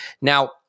Now